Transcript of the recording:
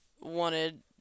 wanted